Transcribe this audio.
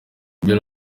bill